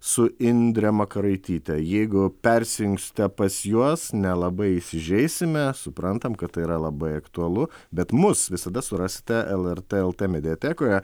su indre makaraityte jeigu persijungsite pas juos nelabai įsižeisime suprantam kad tai yra labai aktualu bet mus visada surasite elartė eltė mediatekoje